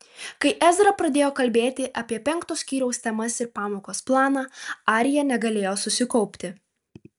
kai ezra pradėjo kalbėti apie penkto skyriaus temas ir pamokos planą arija negalėjo susikaupti